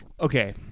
okay